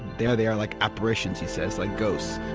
there they are like apparitions he says, like ghosts.